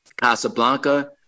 Casablanca